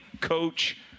coach